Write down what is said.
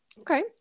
Okay